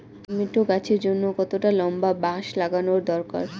Tomato গাছের জন্যে কতটা লম্বা বাস লাগানো দরকার?